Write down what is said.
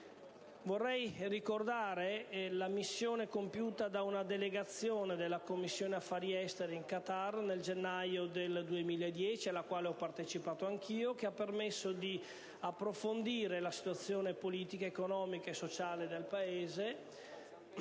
Vorrei ricordare la missione compiuta da una delegazione della Commissione affari esteri in Qatar nel gennaio 2010, alla quale ho partecipato anch'io, che ha permesso di approfondire la situazione politica, economica e sociale del Paese.